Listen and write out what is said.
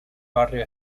barrio